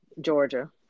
Georgia